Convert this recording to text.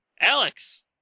Alex